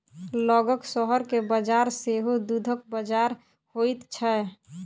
लगक शहर के बजार सेहो दूधक बजार होइत छै